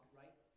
right